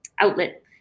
outlet